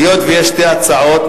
היות שיש שתי הצעות,